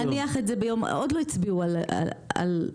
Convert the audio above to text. עוד לא הצביעו על זה.